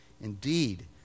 Indeed